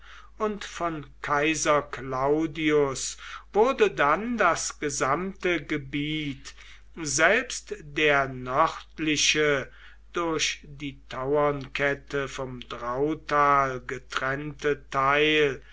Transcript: und von kaiser claudius wurde dann das gesamte gebiet selbst der nördliche durch die tauernkette vom drautal getrennte teil